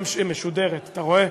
"משודרת", אתה רואה?